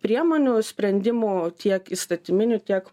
priemonių sprendimų tiek įstatyminių tiek